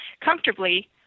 comfortably